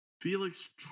Felix